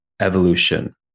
evolution